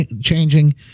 changing